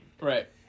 Right